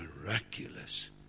miraculous